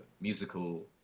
musical